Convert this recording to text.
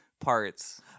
parts